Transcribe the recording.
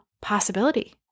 possibility